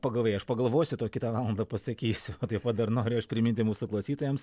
pagavai aš pagalvosiu kitą valandą pasakysiu o taip pat dar noriu aš priminti mūsų klausytojams